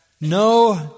no